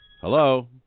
Hello